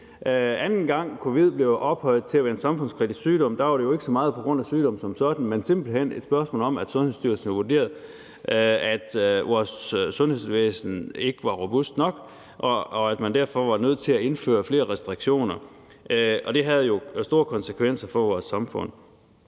Anden gang covid blev ophøjet til at være en samfundskritisk sygdom, var det jo ikke så meget på grund af sygdommen som sådan, men simpelt hen et spørgsmål om, at Sundhedsstyrelsen havde vurderet, at vores sundhedsvæsen ikke var robust nok, så man derfor var nødt til at indføre flere restriktioner, og det havde jo store konsekvenser for vores samfund.